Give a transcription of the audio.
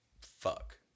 Fuck